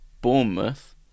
Bournemouth